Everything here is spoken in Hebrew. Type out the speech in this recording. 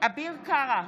אביר קארה,